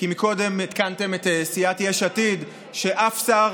כי קודם עדכנתם את סיעת יש עתיד שאף שר